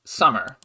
summer